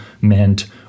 meant